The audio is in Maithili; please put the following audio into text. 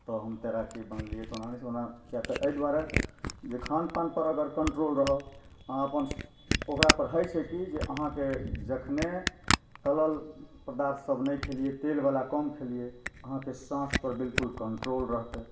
तऽ हम तैराकी बनलिए तऽ ओना नहि छै किआ तऽ एहि दुआरे जे खान पान पर अगर कंट्रोल रहब अहाँ अपन ओकरा पर होइ छै कि जे अहाँके जखने तरल पदार्थ सब नहि खयलिऐ तेल बला कम खेलिऐ अहाँके साँस पर बिल्कुल कंट्रोल रहतै